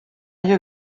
you